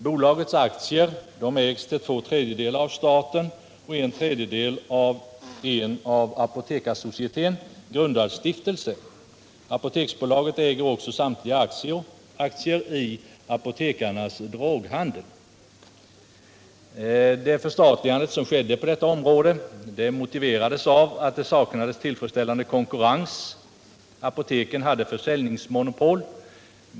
Bolagets aktier ägs till två tredjedelar av staten och till en tredjedel av en av Apotekarsocieteten grundad stiftelse. Apoteksbolaget äger också samtliga aktier i' Apotekarnas Droghandel AB . Detta förstatligande 1971 motiverades av att det saknades tillfredsställande konkurrens — apoteken hade försäljningsmonopol.